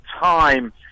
time